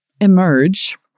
emerge